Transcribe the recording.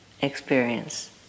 experience